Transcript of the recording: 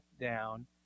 down